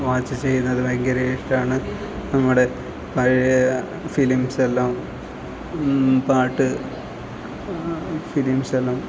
watch ചെയ്യുന്നത് ഭയങ്കര ഇഷ്ടമാണ് നമ്മുടെ പഴയ ഫിലിംസ് എല്ലാം പാട്ട് ഫിലിംസ് എല്ലാം